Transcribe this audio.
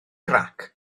grac